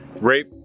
rape